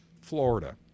Florida